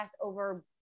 over